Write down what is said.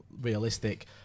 realistic